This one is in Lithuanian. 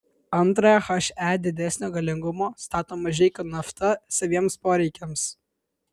antrąją he didesnio galingumo stato mažeikių nafta saviems poreikiams